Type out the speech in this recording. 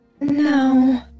No